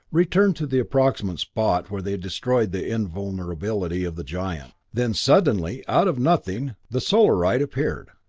returned to the approximate spot where they had destroyed the invulnerability of the giant. then suddenly, out of nothing, the solarite appeared.